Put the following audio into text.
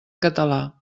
català